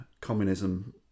communism